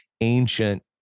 ancient